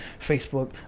Facebook